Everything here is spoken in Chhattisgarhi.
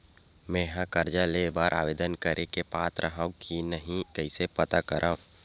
मेंहा कर्जा ले बर आवेदन करे के पात्र हव की नहीं कइसे पता करव?